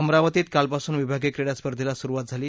अमरावतीत कालपासून विभागीय क्रीडा स्पर्धेला सुरुवात झाली